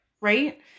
Right